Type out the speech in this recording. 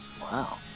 Wow